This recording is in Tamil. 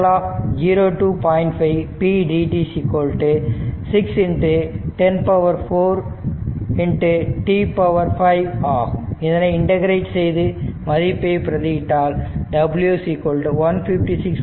5 ∫ pdt 6 10 4 t 5 ஆகும் இதனை இண்டெகிரேட் செய்து மதிப்பை பிரதி இட்டால் w 156